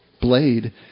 blade